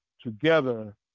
together